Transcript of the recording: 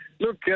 look